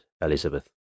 Elizabeth